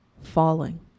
falling